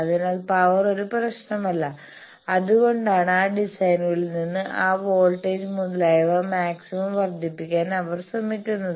അതിനാൽ പവർ ഒരു പ്രശ്നമല്ല അതുകൊണ്ടാണ് ആ ഡിസൈനുകളിൽ നിന്ന് ആ വോൾട്ടേജ് മുതലായവ മാക്സിമം വർദ്ധിപ്പിക്കാൻ അവർ ശ്രമിക്കുന്നത്